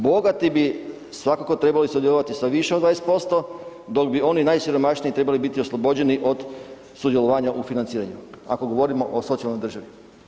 Bogati bi svakako trebali sudjelovati sa više od 20% dok bi oni najsiromašniji trebali biti oslobođeni od sudjelovanja u financiranju, ako govorimo o socijalnoj državi.